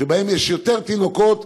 שבהם יש יותר תינוקות,